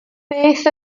beth